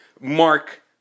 mark